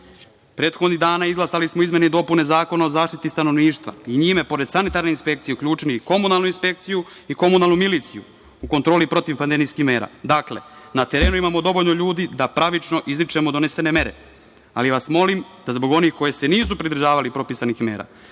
prethodnih dana izglasali smo izmene i dopune Zakona o zaštiti stanovništva i njime pored Sanitarne inspekcije uključili i Komunalnu inspekciju i Komunalnu miliciju u kontroli protiv pandemijskih mera. Dakle, na terenu imamo dovoljno ljudi da pravično izričemo donesene mere, ali vas molim da zbog onih koji se nisu pridržavali propisanih mera,